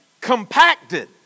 compacted